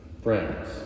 friends